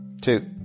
two